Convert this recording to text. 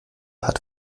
hat